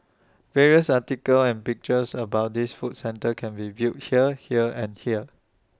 various articles and pictures about this food centre can be viewed here here and here